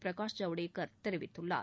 பிரகாஷ் ஜவடேகள் தெரிவித்துள்ளார்